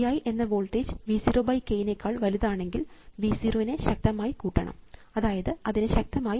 V i എന്ന voltage V 0 k നെക്കാൾ വലുതാണെങ്കിൽ V 0 നെ ശക്തമായി കൂട്ടണം അതായത് അതിനെ ശക്തമായി ആയി പോസിറ്റീവ്ലേക്ക് ഉയർത്തണം